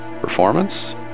Performance